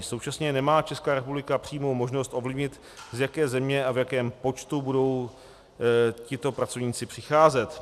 Současně nemá Česká republika přímou možnost ovlivnit, z jaké země a v jakém počtu budou tito pracovníci přicházet.